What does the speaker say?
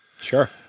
Sure